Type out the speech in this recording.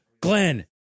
Glenn